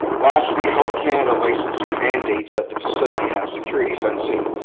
lastly, health canada licensing mandates that the facility has security fencing,